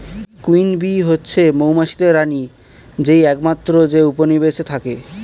queen bee হচ্ছে মৌমাছিদের রানী যেই একমাত্র যে উপনিবেশে থাকে